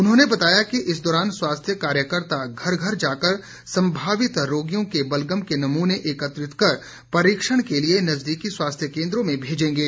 उन्होंने बताया कि इस दौरान स्वास्थ्य कार्यकर्ता घर घर जाकर सम्भावित रोगियों के बलगम के नमूने एकत्र कर परीक्षण के लिए नजदीकी स्वास्थ्य केन्द्रों में भेजेंगे